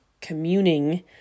communing